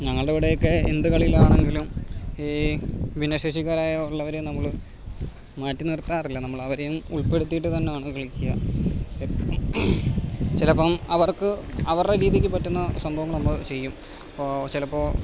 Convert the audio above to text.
ഞങ്ങളുടെ അവിടെയൊക്കെ എന്തു കളിയിലാണെങ്കിലും ഈ ഭിന്നശേഷിക്കാരായുള്ളവരെ നമ്മൾ മാറ്റിനിർത്താറില്ല നമ്മളവരെയും ഉൾപ്പെടുത്തിയിട്ട് തന്നെയാണ് കളിക്കുക എപ്പം ചിലപ്പം അവർക്ക് അവരുടെ രീതിയ്ക്ക് പറ്റുന്ന സംഭവങ്ങൾ നമ്മൾ ചെയ്യും ഇപ്പോൾ ചിലപ്പോൾ